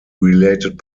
related